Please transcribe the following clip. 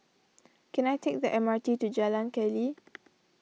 can I take the M R T to Jalan Keli